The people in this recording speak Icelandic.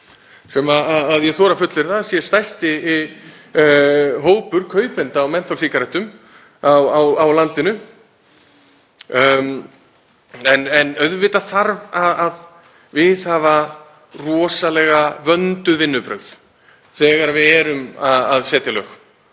sem ég þori að fullyrða að sé stærsti hópur kaupenda á mentólsígarettum á landinu. En auðvitað þarf að viðhafa rosalega vönduð vinnubrögð þegar við erum að setja lög